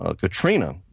Katrina